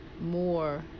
more